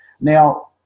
Now